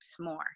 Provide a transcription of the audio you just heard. more